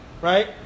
Right